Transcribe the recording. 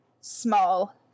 small